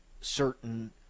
certain